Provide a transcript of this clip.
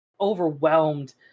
overwhelmed